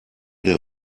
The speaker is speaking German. der